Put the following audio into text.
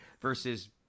versus